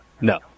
No